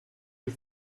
you